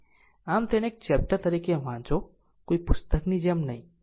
આમ તેને એક ચેપ્ટર તરીકે વાંચો કોઈ પુસ્તકની જેમ નહીં